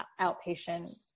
outpatient